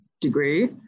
degree